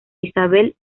isabel